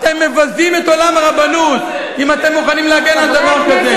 אתם מבזים את עולם הרבנות אם אתם מוכנים להגן על דבר כזה.